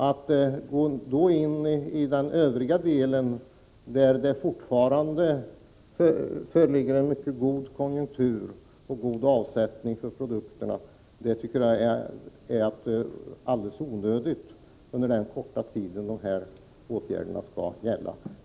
Att då gå in med åtgärder i den övriga delen av skogsindustrin, där det fortfarande föreligger en mycket god konjunktur och god avsättning för produkterna, tycker jag är alldeles onödigt under den korta tid de här åtgärderna skall gälla.